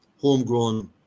homegrown